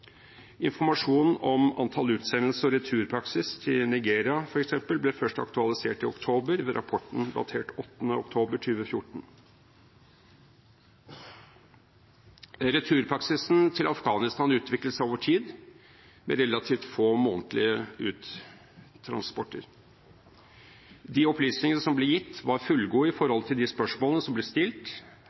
om antall utsendelser og returpraksis, f.eks. til Nigeria, ble først aktualisert i oktober ved rapporten datert 8. oktober 2014. Returpraksisen til Afghanistan utviklet seg over tid, med relativt få månedlige uttransporter. De opplysningene som ble gitt, var fullgode i forhold til de spørsmålene som ble stilt.